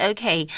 Okay